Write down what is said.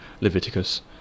Leviticus